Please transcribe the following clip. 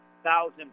thousand